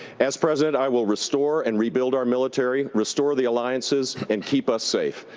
as president i will restore and rebuild our military, restore the alliances and keep us safe.